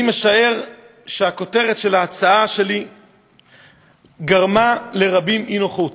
אני משער שהכותרת של ההצעה שלי גרמה לרבים אי-נוחות: